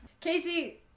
Casey